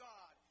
God